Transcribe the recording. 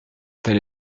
t’as